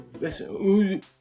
listen